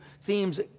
themes